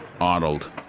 Arnold